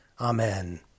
Amen